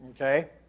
Okay